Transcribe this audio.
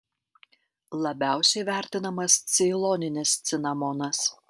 labiausiai vertinamas ceiloninis cinamonas